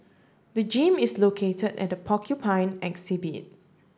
the gym is located at the Porcupine exhibit